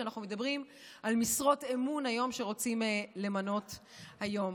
כשאנחנו מדברים על משרות אמון שרוצים למנות היום.